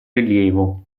rilievo